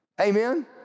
Amen